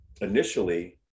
initially